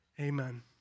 Amen